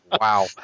Wow